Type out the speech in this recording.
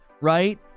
right